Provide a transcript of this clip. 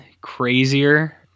crazier